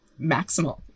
maximal